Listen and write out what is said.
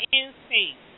instinct